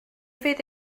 fydd